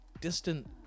distant